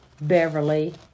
Beverly